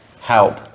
help